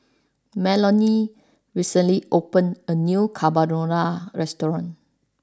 Melony recently opened a new Carbonara restaurant